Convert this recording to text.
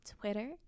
twitter